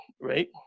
right